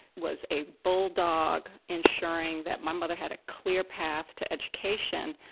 was a bulldog ensuring that my mother had a clear path to education,